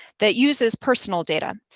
that uses personal data.